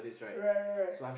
right right right